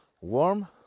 warm